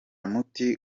muti